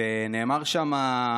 ונאמרה שם,